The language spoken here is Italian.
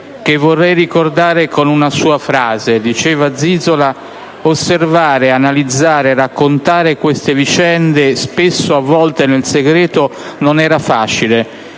che vorrei ricordare con una sua frase. Diceva Zizola: «Osservare, analizzare e raccontare queste vicende, spesso avvolte nel segreto, non era facile.